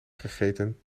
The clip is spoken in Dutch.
gegeten